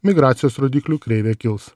migracijos rodiklių kreivė kils